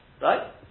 Right